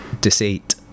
Deceit